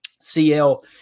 CL